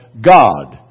God